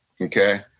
okay